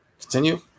Continue